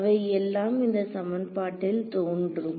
அவை எல்லாம் இந்த சமன்பாட்டில் தோன்றும்